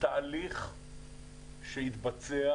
התהליך שיתבצע